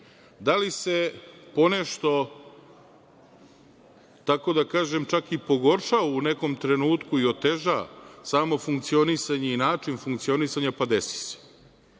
Da li se ponešto, tako da kažem čak i pogorša u nekom trenutku i oteža samo funkcionisanje i način funkcionisanja? Pa, desi se,